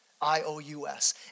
I-O-U-S